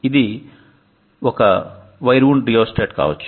ఇది ఒక wire wound rheostat కావచ్చు